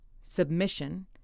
submission